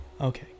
okay